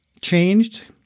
changed